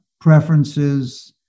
preferences